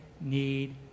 need